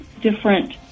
different